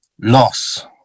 Loss